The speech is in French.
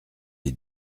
les